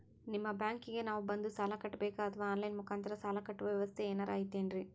ನಿಮ್ಮ ಬ್ಯಾಂಕಿಗೆ ನಾವ ಬಂದು ಸಾಲ ಕಟ್ಟಬೇಕಾ ಅಥವಾ ಆನ್ ಲೈನ್ ಮುಖಾಂತರ ಸಾಲ ಕಟ್ಟುವ ವ್ಯೆವಸ್ಥೆ ಏನಾರ ಐತೇನ್ರಿ?